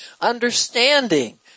understanding